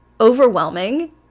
overwhelming